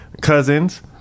Cousins